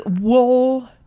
Wool